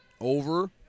Over